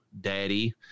daddy